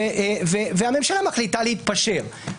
והממשלה מחליטה להתפשר.